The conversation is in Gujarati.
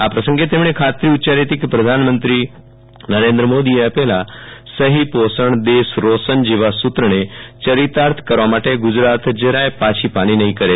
આ પ્રસંગે તેમણે ખાતરી ઉચ્યારી હતી કે પ્રધાનમંત્રી નરેન્દ્ર મોદીએ આપેલા સહી પોષણ દેશ રોશન જેવા સુ ત્રને ચરિતાર્થ કરવા માટે ગુ જરાત જરાય પાછી પાની નફી કરે